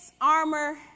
armor